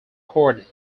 recorded